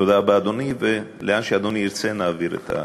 תודה רבה, אדוני, ולאן שאדוני ירצה, נעביר.